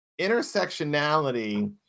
Intersectionality